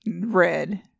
red